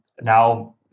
now